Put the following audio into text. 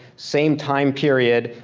same time period,